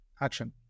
action